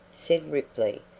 said ripley,